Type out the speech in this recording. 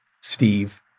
Steve